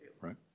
right